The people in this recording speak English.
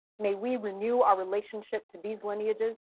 may we renew our relationship to these lineages,